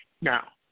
Now